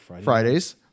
Fridays